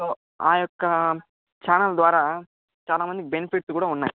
so ఆ యొక్క channel ద్వారా చాలామంది బెనిఫిట్స్ కూడా ఉన్నాయి